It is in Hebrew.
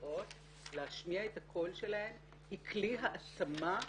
נפגעות להשמיע את הקול שלהן היא כלי העצמה,